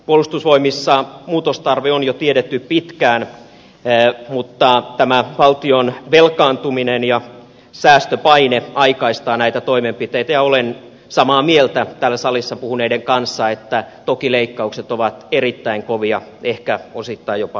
puolustusvoimissa muutostarve on jo tiedetty pitkään mutta tämä valtion velkaantuminen ja säästöpaine aikaistaa näitä toimenpiteitä ja olen samaa mieltä täällä salissa puhuneiden kanssa että toki leikkaukset ovat erittäin kovia ehkä osittain jopa liiankin kovia